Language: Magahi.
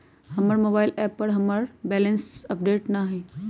हमर मोबाइल एप पर हमर बैलेंस अपडेट न हई